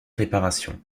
réparation